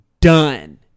Done